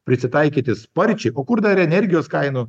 prisitaikyti sparčiai o kur dar energijos kainų